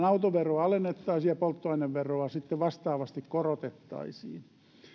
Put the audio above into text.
autoveroa alennettaisiin ja polttoaineveroa sitten vastaavasti korotettaisiin